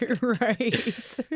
Right